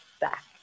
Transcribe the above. back